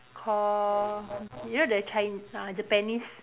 co~ you know the Chi~ uh Japanese